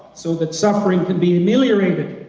so that suffering can be ameliorated,